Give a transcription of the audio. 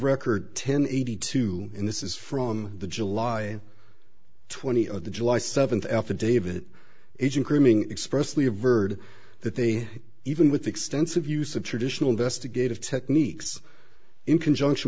record ten eighty two in this is from the july twenty of the july seventh affidavit agent grooming expressly averred that they even with extensive use of traditional investigative techniques in conjunction